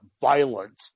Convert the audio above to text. violent